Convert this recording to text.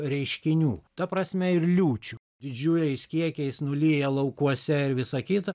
reiškinių ta prasme ir liūčių didžiuliais kiekiais nulieja laukuose ir visą kitą